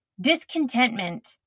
discontentment